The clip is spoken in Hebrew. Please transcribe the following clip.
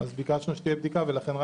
ובעקבות הבדיקה שביקשנו.